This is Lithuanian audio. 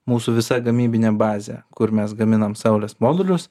mūsų visa gamybinė bazė kur mes gaminam saulės modulius